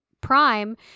Prime